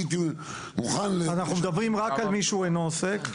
אנחנו מדברים רק על מי שאינו עוסק,